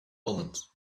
omens